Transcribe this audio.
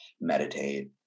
meditate